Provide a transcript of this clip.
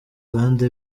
kandi